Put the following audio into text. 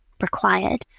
required